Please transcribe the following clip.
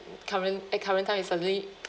current at current time it's really